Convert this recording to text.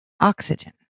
oxygen